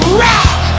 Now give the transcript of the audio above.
rock